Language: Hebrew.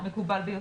מקובל ביותר.